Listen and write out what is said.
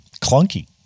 clunky